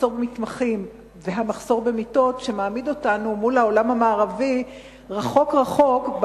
המחסור במתמחים והמחסור במיטות מעמיד אותנו מול העולם המערבי רחוק רחוק,